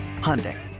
Hyundai